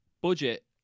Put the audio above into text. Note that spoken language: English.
budget